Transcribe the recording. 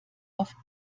auf